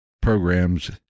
programs